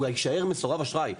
הוא יישאר מסורב אשראי,